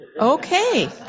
Okay